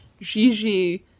Gigi